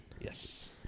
Yes